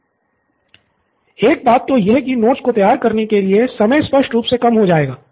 निथिन एक बात तो यह कि नोट्स को तैयार करने के लिए समय स्पष्ट रूप से कम हो जाएगा